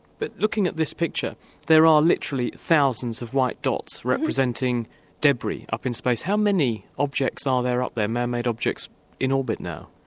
but looking at this picture there are literally thousands of white dots representing debris up in space. how many objects are ah there up there, man-made objects in orbit now?